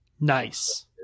Nice